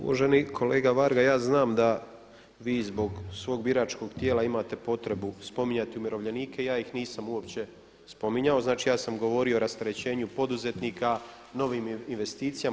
Uvaženi kolega Varda ja znam da vi zbog svog biračkog tijela imate potrebu spominjati umirovljenike i ja ih nisam uopće spominjao, znači ja sam govorio o rasterećenju poduzetnika novim investicijama,